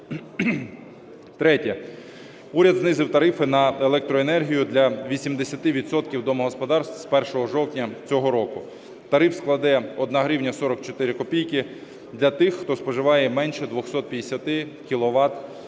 Третє. Уряд знизив тарифи на електроенергію для 80 відсотків домогосподарств з 1 жовтня цього року. Тариф складе 1 гривня 44 копійки для тих хто споживає менше 250